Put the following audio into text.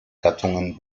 gattungen